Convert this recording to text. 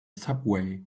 subway